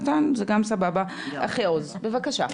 בבקשה.